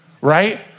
right